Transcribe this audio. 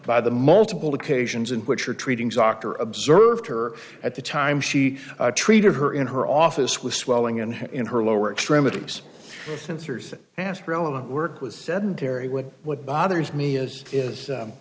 by the multiple occasions in which you're treating soccer observed her at the time she treated her in her office with swelling and in her lower extremities sensors asked relevant work was sedentary when what bothers me is is